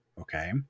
Okay